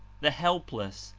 the helpless,